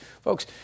Folks